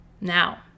now